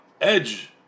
edge